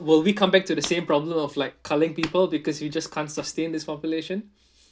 will we come back to the same problem of like culling people because you just can't sustain this population